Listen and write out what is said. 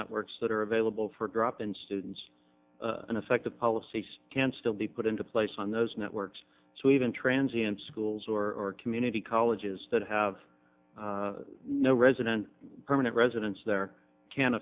networks that are available for drop in students and effective policies can still be put into place on those networks so even transients schools or community colleges that have no resident permanent residence there can